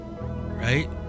right